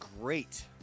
great